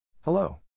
Hello